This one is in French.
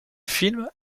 film